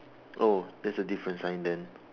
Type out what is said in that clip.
oh that's a different sign then